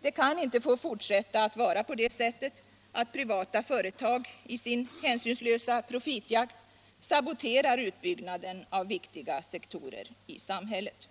Det kan inte få fortsätta att vara på det sättet att privata företag i sin hänsynslösa profitjakt saboterar utbyggnaden av viktiga sektorer i samhället.